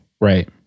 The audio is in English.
Right